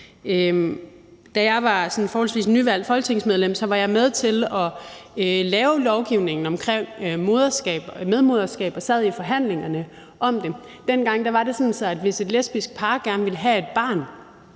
Da jeg var sådan et forholdsvis nyvalgt folketingsmedlem, var jeg med til at lave lovgivningen om medmoderskab og sad i forhandlingerne om det. Dengang var det sådan, at hvis et lesbisk par gerne ville have et barn,